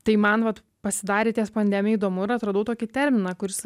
tai man vat pasidarė ties pandemija įdomu ir atradau tokį terminą kuris